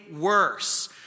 worse